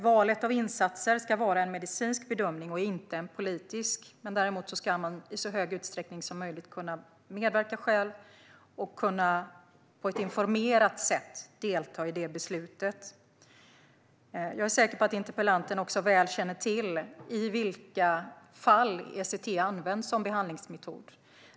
Valet av insatser ska som sagt vara en medicinsk bedömning och inte en politisk. Däremot ska man i så stor utsträckning som möjligt kunna medverka själv och på ett informerat sätt delta i beslutet. Jag är säker på att interpellanten väl känner till i vilka fall ECT används som behandlingsmetod.